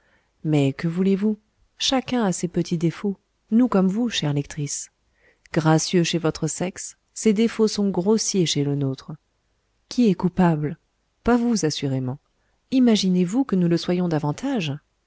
mais que voulez-vous chacun a ses petits défauts nous comme vous chères lectrices gracieux chez votre sexe ces défauts sont grossiers chez le nôtre qui est coupable pas vous assurément imaginez-vous que nous le soyons davantage